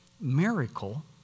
miracle